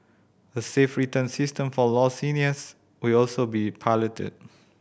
a safe return system for lost seniors will also be piloted